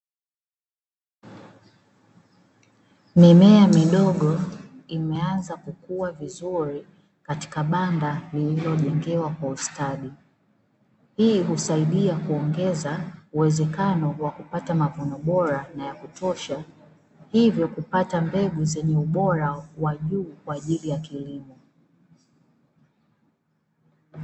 Mimea midogo imeanza kukua vizuri katika banda lililojengewa kwa ustadi, hii husaidia kuongeza uwezekano wa kupata mavuno bora na ya kutosha hivyo kupata mbegu zenye ubora wa juu kwa ajili ya kilimo.